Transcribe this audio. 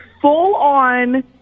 full-on